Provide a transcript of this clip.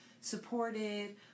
supported